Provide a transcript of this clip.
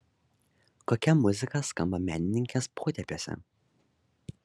kokia muzika skamba menininkės potėpiuose